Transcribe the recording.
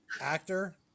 actor